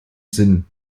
sinn